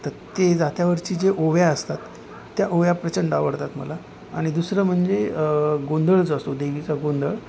तर ते जात्यावरची जे ओव्या असतात त्या ओव्या प्रचंड आवडतात मला आणि दुसरं म्हणजे गोंधळ जो असतो देवीचा गोंधळ